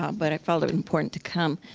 um but i felt it important to come.